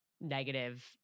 negative